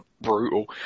brutal